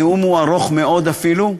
הנאום הוא ארוך מאוד אפילו,